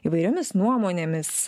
įvairiomis nuomonėmis